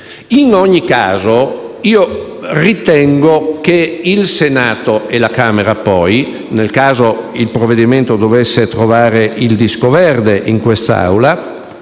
In ogni caso, ritengo che il Senato e poi la Camera, nel caso il provvedimento dovesse avere il disco verde da quest'Aula,